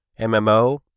MMO